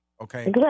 Okay